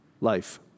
life